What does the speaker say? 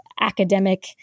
academic